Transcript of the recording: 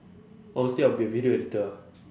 honestly I'll be a video editor ah